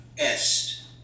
est